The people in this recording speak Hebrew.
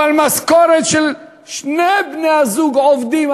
אבל משכורת של שני בני-הזוג עובדים,